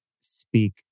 speak